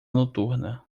noturna